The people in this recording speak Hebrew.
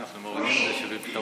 הוא רשום.